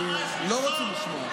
הם לא רוצים לשמוע.